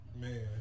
Man